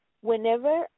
whenever